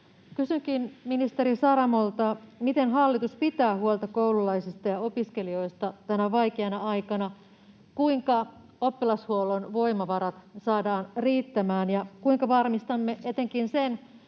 Kysynkin ministeri Saramolta: Miten hallitus pitää huolta koululaisista ja opiskelijoista tänä vaikeana aikana? Kuinka oppilashuollon voimavarat saadaan riittämään, ja kuinka varmistamme etenkin sen,